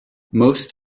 most